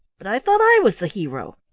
but i thought i was the hero.